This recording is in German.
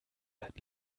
hat